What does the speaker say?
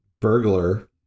burglar